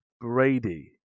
Brady